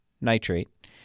nitrate